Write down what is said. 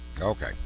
Okay